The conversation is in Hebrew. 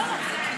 אני לא שומע.